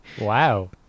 Wow